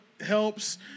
helps